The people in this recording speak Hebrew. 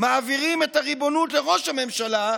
מעבירים את הריבונות לראש הממשלה,